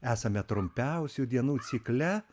esame trumpiausių dienų cikle